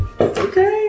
Okay